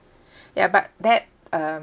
ya but that um